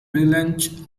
relaunch